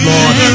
Lord